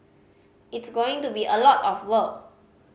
it's going to be a lot of work